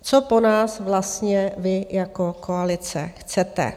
Co po nás vlastně vy jako koalice chcete?